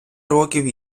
років